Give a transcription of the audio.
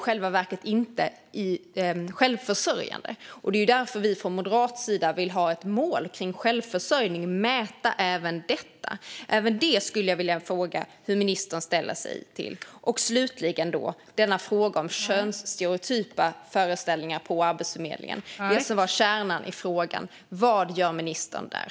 Det är därför vi från moderat sida vill ha ett mål för självförsörjning och mäta även detta. Också det skulle jag vilja fråga hur ministern ställer sig till. Slutligen gäller det frågan om könsstereotypa föreställningar på Arbetsförmedlingen - det som var kärnan i interpellationen. Vad gör ministern där?